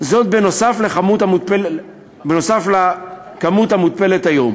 זאת נוסף על הכמות המותפלת היום.